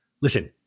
listen